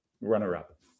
runner-up